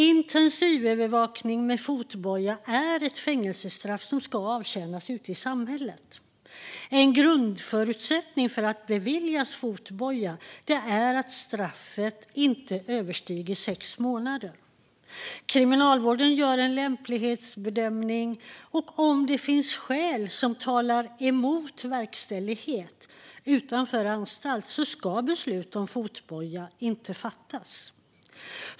Intensivövervakning med fotboja är ett fängelsestraff som ska avtjänas ute i samhället. En grundförutsättning för att beviljas fotboja är att straffet inte överstiger sex månader. Kriminalvården gör en lämplighetsbedömning, och om det finns skäl som talar emot verkställighet utanför anstalt ska beslut om fotboja inte fattas.